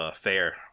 Fair